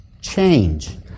change